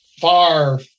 far